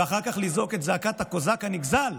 ואחר כך לזעוק את זעקת הקוזק הנגזל: